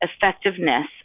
effectiveness